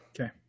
Okay